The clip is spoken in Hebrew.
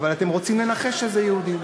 אבל אתם רוצים לנחש שאלה יהודים.